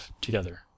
together